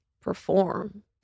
perform